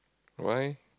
why